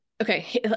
okay